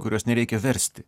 kuriuos nereikia versti